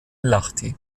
lahti